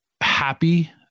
happy